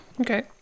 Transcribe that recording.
Okay